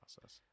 process